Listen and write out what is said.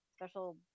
special